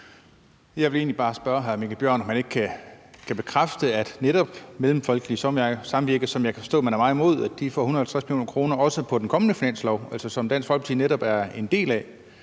Jeg vil egentlig bare spørge hr. Mikkel Bjørn, om han ikke kan bekræfte, at netop Mellemfolkeligt Samvirke, som jeg kan forstå man er meget imod, også får 150 mio. kr. på den kommende finanslov, som Dansk Folkeparti netop er en del af.